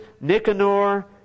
Nicanor